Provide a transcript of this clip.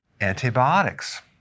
Antibiotics